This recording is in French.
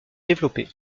développer